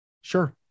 sure